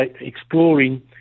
exploring